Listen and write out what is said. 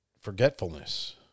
forgetfulness